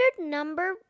number